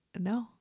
no